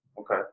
Okay